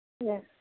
ए